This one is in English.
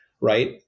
right